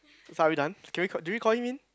so are we done can we call do you call him in